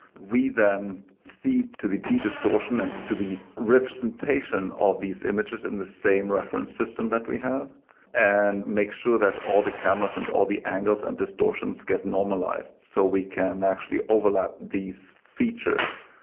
we then see to the de-distortion and to the representation of these images in the same reference system that we have and make sure that all the cameras and all the angles and distortions get normalized so we can actually overlap these features,